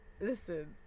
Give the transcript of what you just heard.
Listen